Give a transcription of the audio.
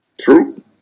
True